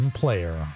player